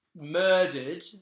murdered